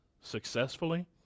successfully